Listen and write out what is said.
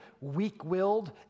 weak-willed